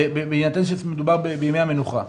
בהינתן שמדובר על ימי המנוחה,